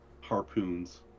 Harpoons